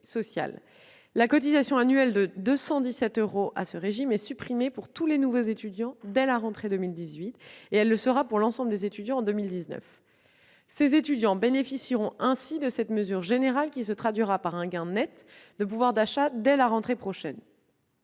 La cotisation annuelle de 217 euros sera supprimée pour tous les nouveaux étudiants dès la rentrée 2018 ; elle le sera pour l'ensemble des étudiants en 2019. Les étudiants inscrits en capacité en droit bénéficieront de cette mesure générale, qui se traduira par un gain net de pouvoir d'achat dès la rentrée prochaine.